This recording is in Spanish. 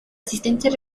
asistentes